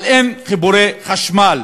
אבל אין חיבורי חשמל